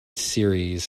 series